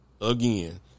again